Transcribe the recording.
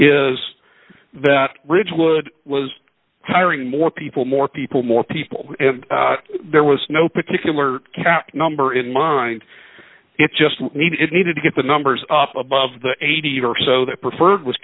is that ridgewood was hiring more people more people more people there was no particular cap number in mind it just needed it needed to get the numbers up above the eighty or so that preferred was